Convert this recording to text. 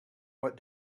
what